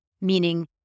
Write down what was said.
meaning